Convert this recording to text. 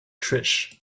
trish